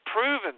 proven